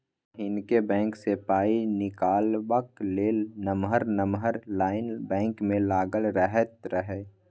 पहिने बैंक सँ पाइ निकालबाक लेल नमहर नमहर लाइन बैंक मे लागल रहैत रहय